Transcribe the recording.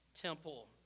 temple